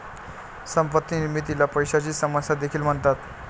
संपत्ती निर्मितीला पैशाची समस्या देखील म्हणतात